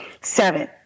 Seven